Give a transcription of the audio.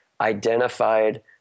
identified